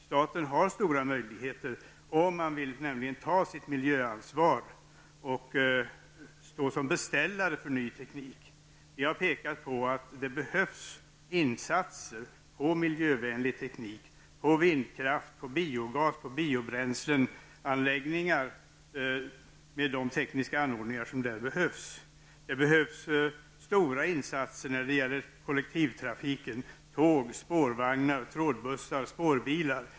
Staten har också stora möjligheter att, om man vill ta sitt miljöansvar, stå som beställare för ny teknik. Vi har pekat på att det behövs satsningar på miljövänlig teknik, på vindkraft, biogas och biobränsleanläggningar med de tekniska anordningar som där behövs. Det behövs stora insatser i fråga om kollektivtrafiken, satsningar på tåg, spårvagnar, trådbussar och spårbilar.